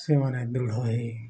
ସେମାନେ ଦୃଢ଼ ହୋଇ